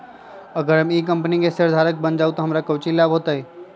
अगर हम ई कंपनी के शेयरधारक बन जाऊ तो हमरा काउची लाभ हो तय?